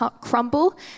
crumble